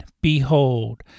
behold